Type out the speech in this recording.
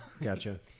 Gotcha